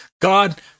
God